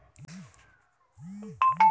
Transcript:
मशरुमचे आयुष्य वाढवण्यासाठी कोणते उपाय करावेत?